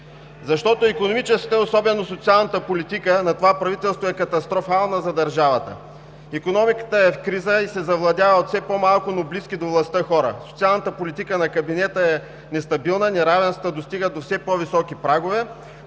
защото икономическата и особено социалната политика на това правителство е катастрофална за държавата. Икономиката е в криза и се завладява от все по-малко, но близки до властта хора. Социалната политика на кабинета е нестабилна, неравенствата достигат до все по-високи прагове,